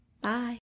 Bye